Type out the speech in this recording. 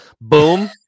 Boom